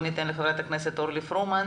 ח"כ אורלי פרומן